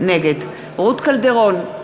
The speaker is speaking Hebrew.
נגד רות קלדרון,